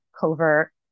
covert